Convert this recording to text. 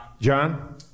John